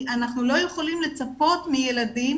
אנחנו לא יכולים לצפות מילדים